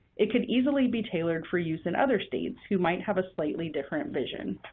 it could easily be tailored for use in other states who might have a slightly different vision.